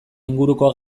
inguruko